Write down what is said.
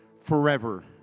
forever